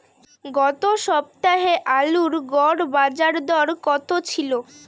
গত সপ্তাহে আলুর গড় বাজারদর কত ছিল?